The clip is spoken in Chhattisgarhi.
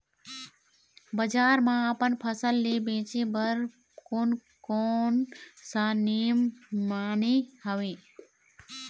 बजार मा अपन फसल ले बेचे बार कोन कौन सा नेम माने हवे?